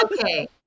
Okay